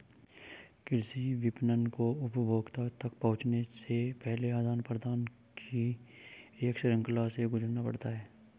कृषि विपणन को उपभोक्ता तक पहुँचने से पहले आदान प्रदान की एक श्रृंखला से गुजरना पड़ता है